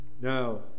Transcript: Now